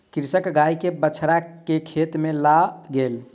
कृषक गाय के बछड़ा के खेत में लअ गेल